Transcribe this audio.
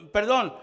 Perdón